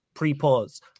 Pre-pause